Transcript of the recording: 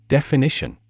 Definition